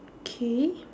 okay